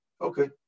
okay